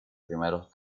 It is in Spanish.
primeros